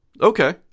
okay